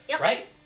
right